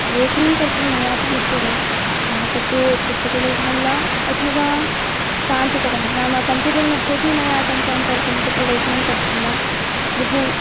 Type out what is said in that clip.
लेखनं कर्तुं मयापि इष्यते तत्तु पुस्तके लेखनं वा अथवा तान्त्रिकतां नाम कंप्यूटर्मध्येपि मया टङ्कनं कर्तुं तत्र लेखनं कर्तुं वा बहु